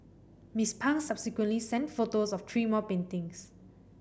Miss Pang subsequently sent photos of three more paintings